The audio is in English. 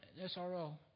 SRO